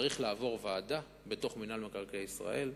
זה צריך לעבור ועדה בתוך מינהל מקרקעי ישראל.